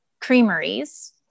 Creameries